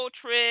trip